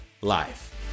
life